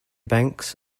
banks